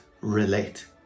relate